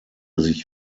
sich